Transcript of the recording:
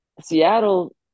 Seattle